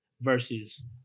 versus